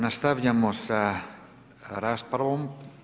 Nastavljamo sa raspravom.